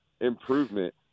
improvement